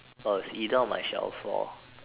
err its either on my shelf or